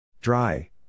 Dry